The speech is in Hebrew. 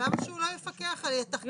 אבל למה שהוא לא יפקח -- לא,